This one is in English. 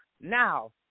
Now